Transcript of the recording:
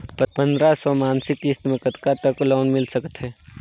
पंद्रह सौ मासिक किस्त मे कतका तक लोन मिल सकत हे?